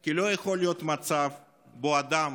כי לא יכול להיות מצב שבו אדם